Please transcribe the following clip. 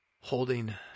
holding